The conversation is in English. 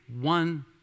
one